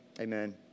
Amen